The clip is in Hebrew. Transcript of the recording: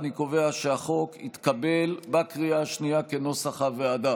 אני קובע שהצעת חוק התקבלה בקריאה השנייה כנוסח הוועדה.